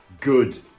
good